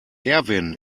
erwin